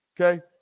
Okay